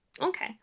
Okay